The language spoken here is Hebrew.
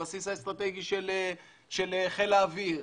הבסיס האסטרטגי של חיל האוויר,